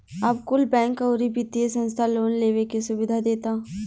अब कुल बैंक, अउरी वित्तिय संस्था लोन लेवे के सुविधा देता